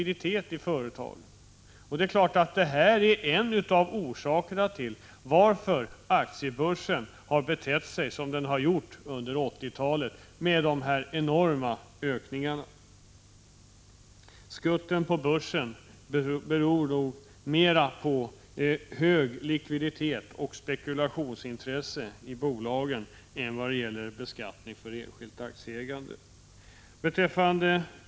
Det är klart att detta är en av orsakerna till att aktiebörsen har betett sig som den har gjort under 1980-talet med de enorma ökningarna. ”Skutten” på börsen beror nog mer på hög likviditet och spekulationsintressen i bolagen än på beskattning för enskilt aktieägande.